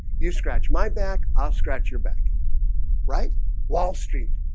you scratch my back. i'll scratch your back right wall street